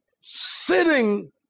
sitting